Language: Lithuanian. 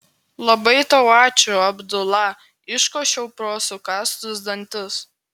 labai tau ačiū abdula iškošiau pro sukąstus dantis